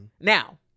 Now